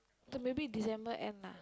so maybe December end lah